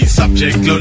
subject